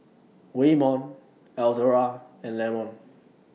Waymon Eldora and Lamont